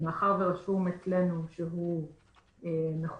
ומאחר ורשום אצלנו שהוא מחוסן,